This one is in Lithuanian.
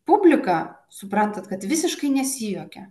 publika suprantat kad visiškai nesijuokia